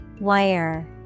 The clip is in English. Wire